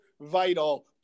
vital